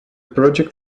project